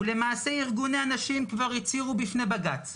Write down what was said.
למעשה, ארגוני הנשים כבר הצהירו בפני בג"ץ,